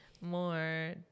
more